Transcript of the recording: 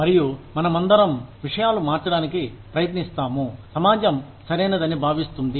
మరియు మన మందరం విషయాలు మార్చడానికి ప్రయత్నిస్తాము సమాజం సరైనదని భావిస్తుంది